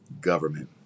government